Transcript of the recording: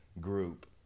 group